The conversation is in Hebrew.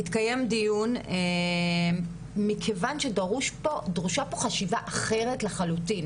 התקיים דיון מכיוון שדרושה פה חשיבה אחרת לחלוטין